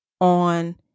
on